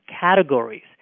categories